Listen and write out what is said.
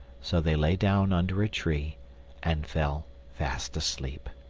so they lay down under a tree and fell fast asleep.